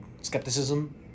skepticism